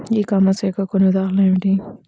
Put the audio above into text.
ఈ కామర్స్ యొక్క కొన్ని ఉదాహరణలు ఏమిటి?